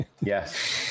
Yes